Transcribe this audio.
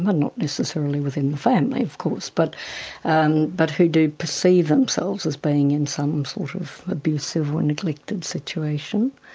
um not necessarily within the family of course, but and but who do perceive themselves as being in some sort of abusive or neglected situation,